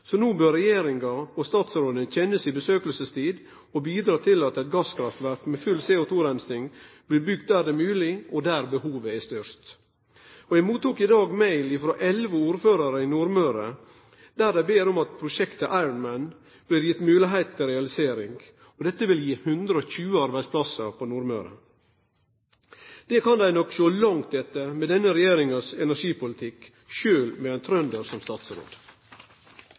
så no bør regjeringa og statsråden kjenne si besøkstid og bidra til at eit gasskraftverk med full CO2-reinsing blir bygd der det er mogleg, og der behovet er størst. Eg fekk i dag mail frå elleve ordførarar på Nordmøre, der dei ber om at prosjektet Ironman blir gitt moglegheit til realisering. Dette vil gi 120 arbeidsplassar på Nordmøre. Det kan dei nok sjå langt etter med energipolitikken til denne regjeringa, sjølv med ein trønder som statsråd.